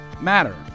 matter